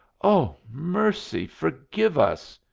oh, mercy forgive us!